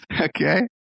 okay